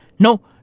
No